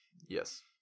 Yes